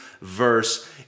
verse